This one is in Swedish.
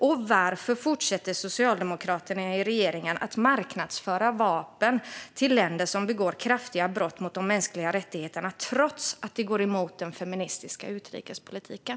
Och varför fortsätter Socialdemokraterna i regeringen att marknadsföra vapen till länder som begår grova brott mot de mänskliga rättigheterna, trots att det går emot den feministiska utrikespolitiken?